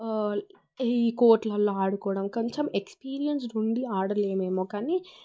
ఈ కోర్ట్లలో ఆడుకోవడం కొంచెం ఎక్సపీరియెన్సెడ్గా ఉండి ఆడలేమేమో కానీ